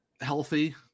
healthy